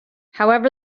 however